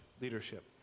leadership